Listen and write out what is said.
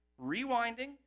rewinding